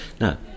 Now